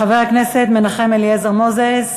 חבר הכנסת מנחם אליעזר מוזס,